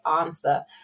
answer